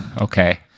Okay